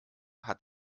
hat